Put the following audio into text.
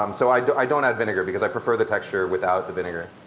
um so i i don't add vinegar, because i prefer the texture without the vinegar.